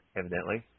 evidently